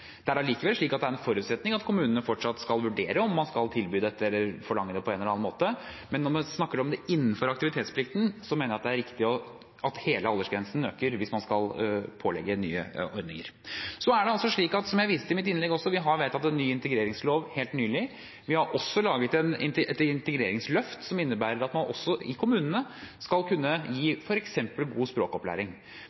Det er allikevel slik at det er en forutsetning at kommunene fortsatt skal vurdere om man skal tilby dette eller forlange det på en eller annen måte. Når man snakker om det innenfor aktivitetsplikten, mener jeg det er riktig at hele aldersgrensen økes hvis man skal pålegge nye ordninger. Som jeg viste til i mitt innlegg, har vi helt nylig vedtatt en ny integreringslov. Vi har også laget et integreringsløft, som innebærer at man også i kommunene skal kunne gi